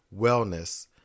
wellness